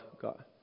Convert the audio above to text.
God